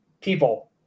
people